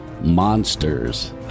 Monsters